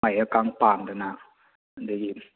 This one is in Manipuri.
ꯃꯥꯏꯌꯦꯞꯀ ꯄꯥꯟꯗꯅ ꯑꯗꯒꯤ